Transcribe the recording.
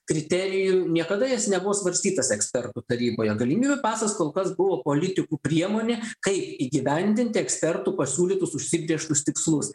kriterijų niekada jis nebuvo svarstytas ekspertų taryboje galimybių pasas kol kas buvo politikų priemonė kaip įgyvendinti ekspertų pasiūlytus užsibrėžtus tikslus